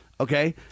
Okay